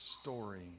story